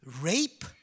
rape